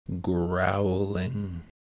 growling